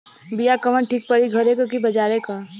बिया कवन ठीक परी घरे क की बजारे क?